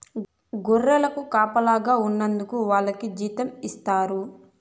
గొర్రెలకు కాపలాగా ఉన్నందుకు వాళ్లకి జీతం ఇస్తారు